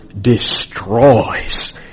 destroys